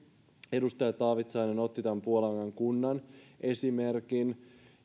edustaja taavitsainen otti tämän puolangan kunnan esimerkin